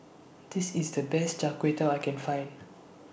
This IS The Best Char Kway Teow I Can Find